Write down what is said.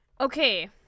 Okay